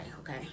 okay